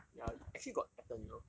ya actually got pattern you know